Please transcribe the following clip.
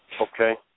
Okay